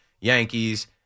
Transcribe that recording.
Yankees